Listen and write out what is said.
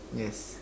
yes